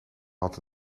had